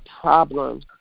problem